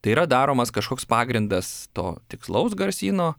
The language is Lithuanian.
tai yra daromas kažkoks pagrindas to tikslaus garsyno